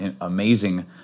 amazing